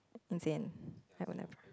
as in I will never